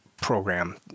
program